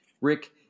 Rick